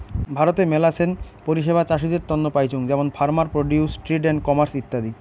ভারতে মেলাছেন পরিষেবা চাষীদের তন্ন পাইচুঙ যেমন farmer produce trade and commerce ইত্যাদি